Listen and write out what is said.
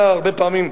אתה הרבה פעמים,